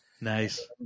Nice